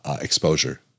exposure